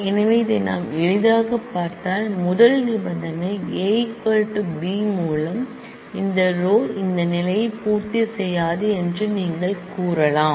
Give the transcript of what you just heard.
எனவே இதை நாம் எளிதாகப் பார்த்தால் முதல் கண்டிஷன் A B மூலம் இந்த ரோ இந்த கண்டிஷனை பூர்த்தி செய்யாது என்று நீங்கள் கூறலாம்